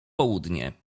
południe